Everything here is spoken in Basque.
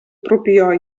propioa